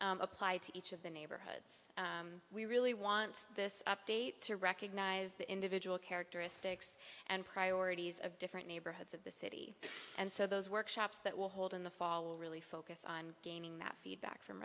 applied to each of the neighborhoods we really want this update to recognize the individual characteristics and priorities of different neighborhoods of the city and so those workshops that will hold in the fall will really focus on gaining that feedback from